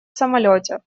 самолёте